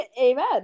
Amen